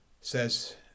says